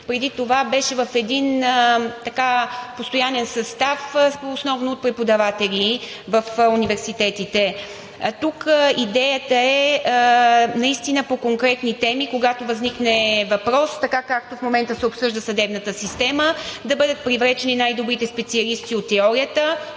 преди това беше в един постоянен състав, основно от преподаватели в университетите. Тук идеята е наистина по конкретни теми, когато възникне въпрос, така както в момента се обсъжда съдебната система, да бъдат привлечени най-добрите специалисти от теорията,